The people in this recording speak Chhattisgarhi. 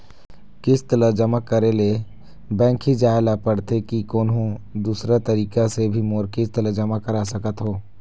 किस्त ला जमा करे ले बैंक ही जाए ला पड़ते कि कोन्हो दूसरा तरीका से भी मोर किस्त ला जमा करा सकत हो?